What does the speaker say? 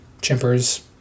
chimpers